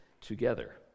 together